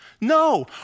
No